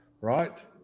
right